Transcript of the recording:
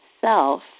self